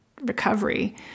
recovery